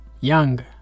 Young